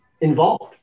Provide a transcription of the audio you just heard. involved